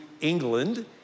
England